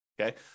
okay